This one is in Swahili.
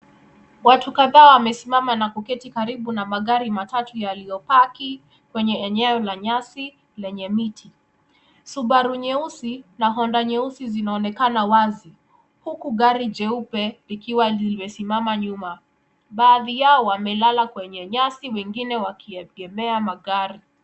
Watu kadhaa wamesimama na kuketi karibu na magari matatu yaliyopaki kwenye eneo la nyasi lenye miti. Subaru nyeusi na Honda nyeusi zinaonekana wazi huku gari jeupe likiwa limesimama nyuma. Baadhi yao wamelala kwenye nyasi, wengine wao wakiegemea magari.